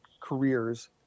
careers